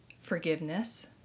forgiveness